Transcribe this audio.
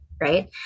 right